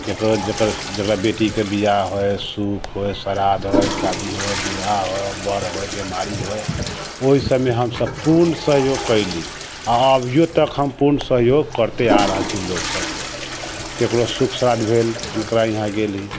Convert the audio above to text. ककरो जकर जकर बेटीके बियाह है सुख होइ सराध होइ शादी होइ बिवाह हो बर होइ बीमारी होइ ओइ सबमे हम सब पूर्ण सहयोग कयली आओर अभिओ तक हम पूर्ण सहयोग करिते आ रहल छी लोग सबके ककरो सुख श्राद्ध भेल हुनकर यहाँ गेली